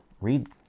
read